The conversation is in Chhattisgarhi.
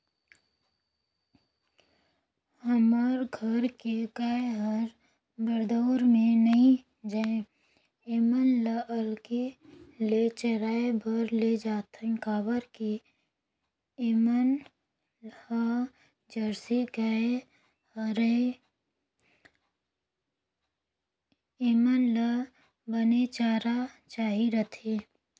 हमर घर के गाय हर बरदउर में नइ जाये ऐमन ल अलगे ले चराए बर लेजाथन काबर के ऐमन ह जरसी गाय हरय ऐेमन ल बने चारा चाही रहिथे